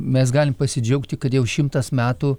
mes galim pasidžiaugti kad jau šimtas metų